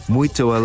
Muito